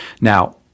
Now